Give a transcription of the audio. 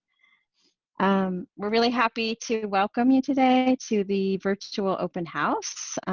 um we're really happy to welcome you today to the virtual open house.